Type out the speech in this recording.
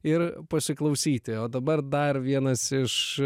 ir pasiklausyti o dabar dar vienas iš